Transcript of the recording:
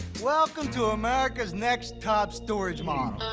welcome to america's next top storage model.